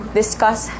discuss